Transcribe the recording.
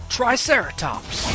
Triceratops